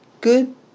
good